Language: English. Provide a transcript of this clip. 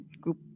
group